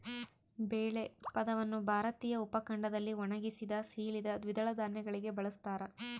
ಬೇಳೆ ಪದವನ್ನು ಭಾರತೀಯ ಉಪಖಂಡದಲ್ಲಿ ಒಣಗಿಸಿದ, ಸೀಳಿದ ದ್ವಿದಳ ಧಾನ್ಯಗಳಿಗೆ ಬಳಸ್ತಾರ